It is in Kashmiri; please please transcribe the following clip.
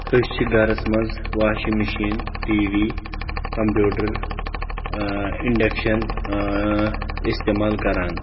أسۍ چھِ گرس منٛز washing machine TV computer آ انڈکشن استعمال کران